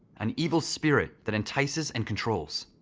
an evil spirit that entices and controls.